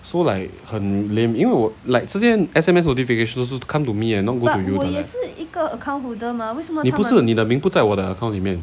so like 很 lame 因为我 like 这些 S_M_S notification come to me leh not go to you direct 你不是你的名不在我的 account 里面